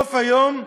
בסוף היום,